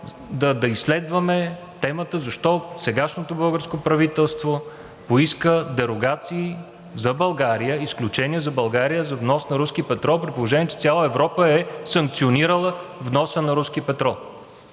да изследваме темата защо сегашното българско правителство поиска дерогации за България, изключения за България за внос на руски петрол, при положение че цяла Европа е санкционирала вноса на руски петрол?